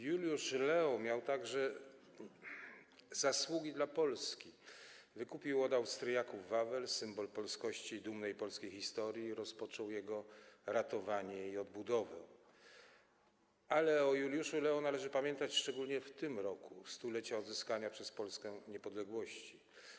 Juliusz Leo miał zasługi dla Polski, wykupił od Austriaków Wawel, symbol polskości i dumnej polskiej historii i rozpoczął jego ratowanie i odbudowę, ale należy o nim pamiętać szczególnie w tym roku - 100-lecia odzyskania przez Polskę niepodległości.